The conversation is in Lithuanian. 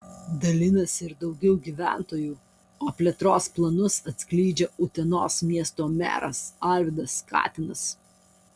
dalinasi ir daugiau gyventojų o plėtros planus atskleidžia utenos miesto meras alvydas katinas